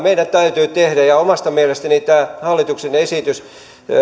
meidän täytyy tehdä omasta mielestäni tämä hallituksen esitys